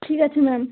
ঠিক আছে ম্যাম